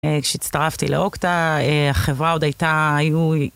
היי כשהצטרפתי לאוקטה, החברה עוד הייתה, היו...